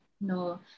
No